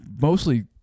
Mostly